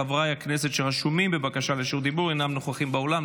חברי הכנסת שרשומים בבקשה לרשות דיבור אינם נוכחים באולם,